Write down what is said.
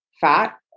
fat